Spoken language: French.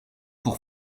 pour